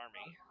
army